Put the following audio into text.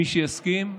מי שיסכים,